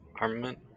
armament